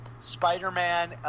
Spider-Man